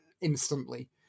instantly